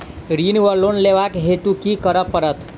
ऋण वा लोन लेबाक हेतु की करऽ पड़त?